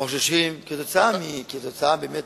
חוששים, כתוצאה באמת